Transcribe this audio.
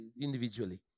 individually